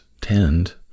tend